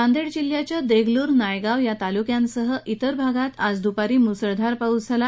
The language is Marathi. नांदेड जिल्ह्याच्या देगलूर नायगांव या तालुक्यासह अन्य भागात आज दूपारी मुसळधार पाऊस झाला